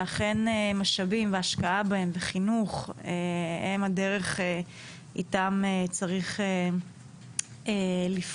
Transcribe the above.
ואכן משאבים והשקעה בהם וחינוך הם הדרך איתה צריך לפעול.